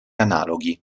analoghi